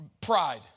pride